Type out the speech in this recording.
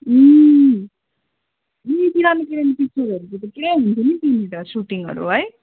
पुरानो पुरानो पिक्चरहरूको त पुरा हुन्थ्यो नि त्यहीँनिर सुटिङहरू है